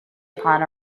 upon